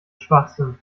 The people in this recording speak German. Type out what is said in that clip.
schwachsinn